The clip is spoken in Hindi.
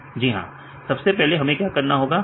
विद्यार्थी हां सबसे पहले हमें क्या करना होगा